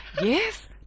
Yes